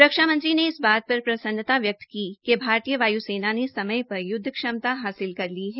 रक्षा मंत्री ने इस बात पर प्रसन्नता व्यक्त कि भारतीय वायु सेना ने समय पर युद्ध क्षमता हासिल कर ली है